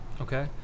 Okay